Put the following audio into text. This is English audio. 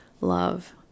love